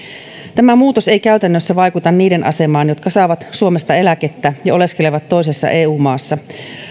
tämä muutos ei käytännössä vaikuta niiden asemaan jotka saavat suomesta eläkettä ja oleskelevat toisessa eu maassa